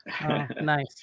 Nice